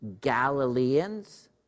Galileans